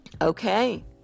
okay